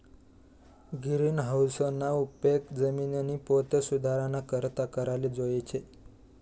गिरीनहाऊसना उपेग जिमिननी पोत सुधाराना करता कराले जोयजे